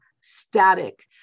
static